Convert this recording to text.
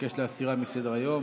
מבקש להסירה מסדר-היום.